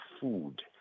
food